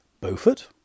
Beaufort